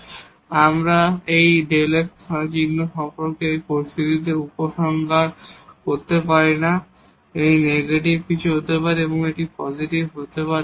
সুতরাং আমরা এই Δ f এর চিহ্ন সম্পর্কে এই পরিস্থিতিতে কিছু উপসংহার করতে পারি না এটি নেগেটিভ হতে পারে এটি পজিটিভ হতে পারে